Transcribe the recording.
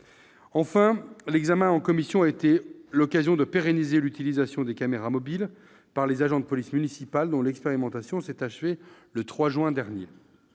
de ce texte en commission a été l'occasion de pérenniser l'utilisation des caméras mobiles par les agents de police municipale, dont l'expérimentation s'est achevée le 3 juin dernier.